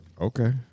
Okay